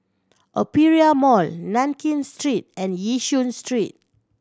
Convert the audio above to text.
Aperia Mall Nankin Street and Yishun Street